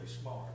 smart